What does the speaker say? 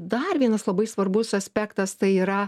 dar vienas labai svarbus aspektas tai yra